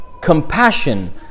compassion